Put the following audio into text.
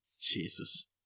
jesus